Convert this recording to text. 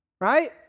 Right